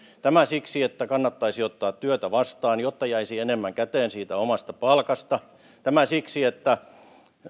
tämä siksi että kannattaisi ottaa työtä vastaan jotta jäisi enemmän käteen siitä omasta palkasta tämä siksi että